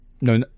No